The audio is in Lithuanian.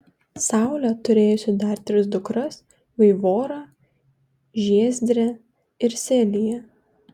saulė turėjusi dar tris dukras vaivorą žiezdrę ir seliją